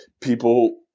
People